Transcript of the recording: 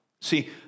See